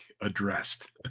addressed